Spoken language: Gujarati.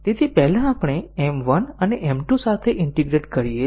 પહેલા આપણે M 1 ને M 2 સાથે ઈન્ટીગ્રેટ કરીએ છીએ